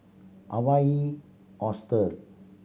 Hawaii Hostel